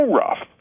rough